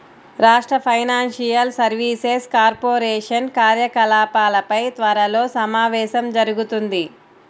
రాష్ట్ర financial services corporation కార్యకలాపాలపై త్వరలో సమావేశం జరుగుతుంది